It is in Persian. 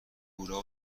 هورا